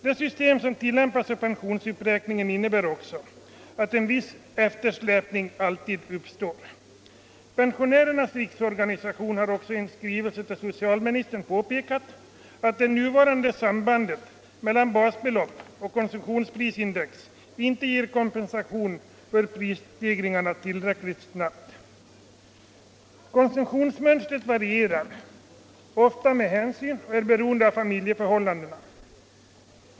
Det system som tillämpas vid pensionsuträkningen innebär också att en viss eftersläpning alltid uppstår. Pensionärernas riksorganisation har i en skrivelse till socialministern påpekat att det nuvarande sambandet mellan basbelopp och konsumtionsprisindex inte ger kompensation för prisstegringarna tillräckligt snabbt. Konsumtionsmönstret varierar beroende på familjeförhållandena.